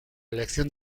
elección